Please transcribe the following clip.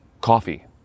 coffee